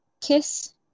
Kiss